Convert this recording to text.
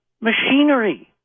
machinery